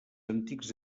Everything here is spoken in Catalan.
antics